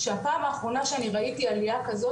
שהפעם האחרונה שאני ראיתי עלייה כזאת,